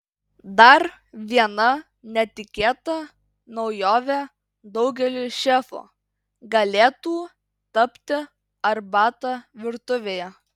dar viena netikėta naujove daugeliui šefų galėtų tapti arbata virtuvėje